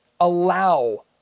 allow